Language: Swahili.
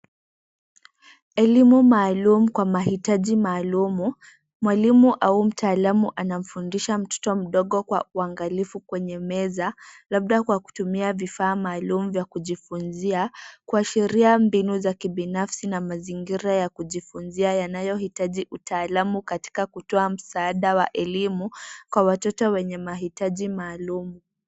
Elimu maalum kwa mahitaji maalumu. Mwalimu au mtaalamu anamfundisha mtoto mdogo kwa uangalifu kwenye meza labda kwa kutumia vifaa maalum vya kujifunzia, kuashiria mbinu za kibinafsi na mazingira yakujifunzia yanayohitaji utaalamu katika kutoa msaada wa elimu kwa watoto wenye mahitaji maalumu.